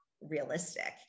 realistic